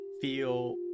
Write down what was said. feel